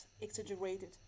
exaggerated